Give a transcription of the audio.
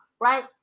right